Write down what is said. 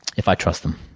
if i trust them.